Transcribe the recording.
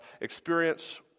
experience